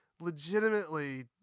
legitimately